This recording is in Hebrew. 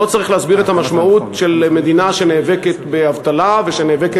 לא צריך להסביר את המשמעות של זה במדינה שנאבקת באבטלה ושנאבקת